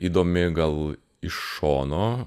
įdomi gal iš šono